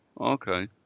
okay